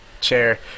chair